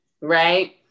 Right